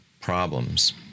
problems